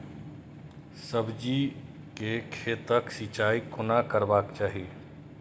सब्जी के खेतक सिंचाई कोना करबाक चाहि?